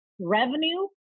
revenue